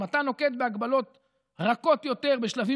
אם אתה נוקט הגבלות רכות יותר בשלבים